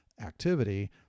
activity